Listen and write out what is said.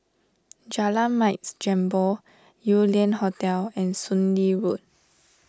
Jalan Mat Jambol Yew Lian Hotel and Soon Lee Road